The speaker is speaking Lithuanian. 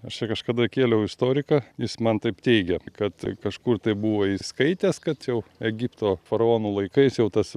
aš čia kažkada kėliau istoriką jis man taip teigia kad kažkur tai buvo skaitęs kad jau egipto faraonų laikais jau tas